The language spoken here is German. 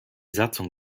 satzung